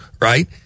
right